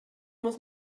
muss